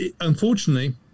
unfortunately